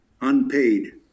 unpaid